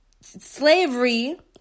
Slavery